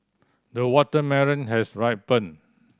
the watermelon has ripened